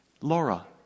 Laura